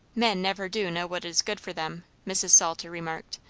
men never do know what is good for them, mrs. salter remarked,